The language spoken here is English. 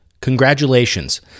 congratulations